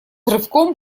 рывком